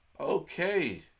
Okay